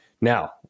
Now